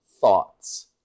thoughts